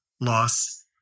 loss